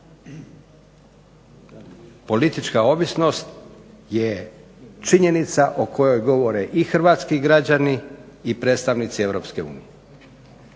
politička ovisnost je činjenica o kojoj govore i hrvatski građani i predstavnici